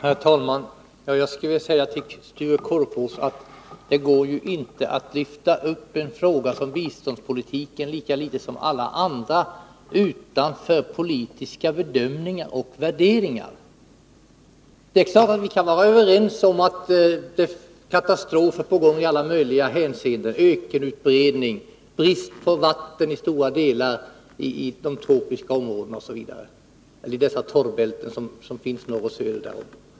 Herr talman! Jag skulle vilja säga till Sture Korpås att det inte går att lyfta ut en fråga som biståndspolitiken — lika litet som alla andra frågor — och ställa den utanför politiska bedömningar och värderingar. Det är klart att vi kan vara överens om att det är katastrofer på gång i alla möjliga hänseenden, t.ex. ökenutbredningen, bristen på vatten i bl.a. torrbältena norr och söder om de tropiska områdena.